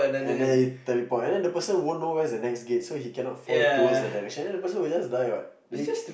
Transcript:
and then you teleport and then the person won't know where's the next gate so he cannot fall towards the dimension and then the person will just die what you